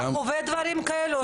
אתה חווה דברים כאלו?